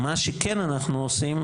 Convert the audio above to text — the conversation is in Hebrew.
מה שכן אנחנו עושים,